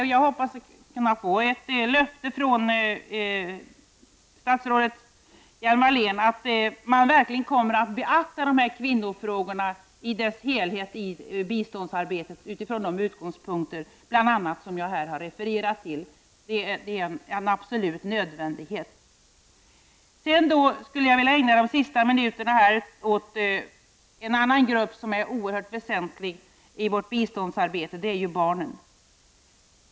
Jag hoppas på ett löfte från statsrådet Lena Hjelm-Wallén om att man verkligen kommer att beakta kvinnofrågorna i dess helhet i biståndsarbetet bl.a. från de utgångspunkter som jag här har refererat till. Det är absolut nödvändigt. De sista minuterna av mitt anförande skulle jag vilja ägna åt en annan grupp som är oerhört väsentlig i biståndsarbetet, nämligen barnen.